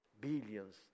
Billions